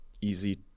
easy